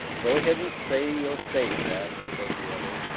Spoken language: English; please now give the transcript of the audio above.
go ahead and say your say, jack, said the other,